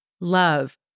love